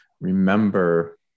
remember